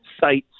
sites